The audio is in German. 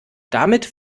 damit